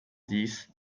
dix